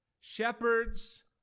shepherds